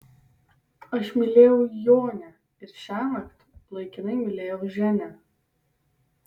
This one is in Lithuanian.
aš mylėjau jonę ir šiąnakt laikinai mylėjau ženią